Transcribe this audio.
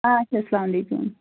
آچھا سَلام عَلیکُم